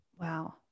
Wow